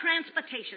transportation